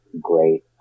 great